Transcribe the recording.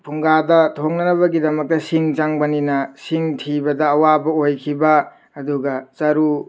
ꯐꯨꯡꯒꯥꯗ ꯊꯣꯡꯅꯅꯕꯒꯤꯗꯃꯛꯇ ꯁꯤꯡ ꯆꯪꯕꯅꯤꯅ ꯁꯤꯡ ꯊꯤꯕꯗ ꯑꯋꯥꯕ ꯑꯣꯏꯈꯤꯕ ꯑꯗꯨꯒ ꯆꯔꯨ